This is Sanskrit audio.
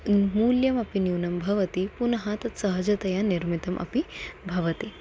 मूल्यमपि न्यूनं भवति पुनः तत् सहजतया निर्मितम् अपि भवति